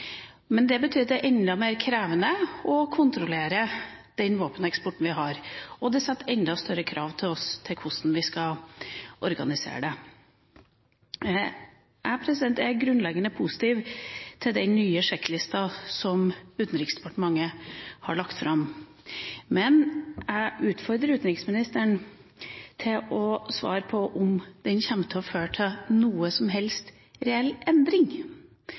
Men det betyr at det er enda mer krevende å kontrollere den våpeneksporten vi har, og det setter enda større krav til oss og til hvordan vi skal organisere det. Jeg er grunnleggende positiv til den nye sjekklista som Utenriksdepartementet har lagt fram. Men jeg utfordrer utenriksministeren til å svare på om den kommer til å føre til noen som helst reell endring.